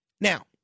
Now